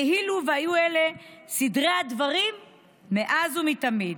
כאילו היו אלה סדרי הדברים מאז ומתמיד.